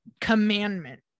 commandment